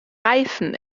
reifen